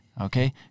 Okay